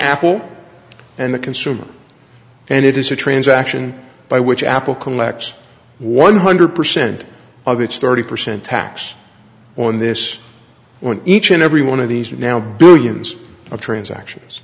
apple and the consumer and it is a transaction by which apple collects one hundred percent of its thirty percent tax on this one each and every one of these now billions of transactions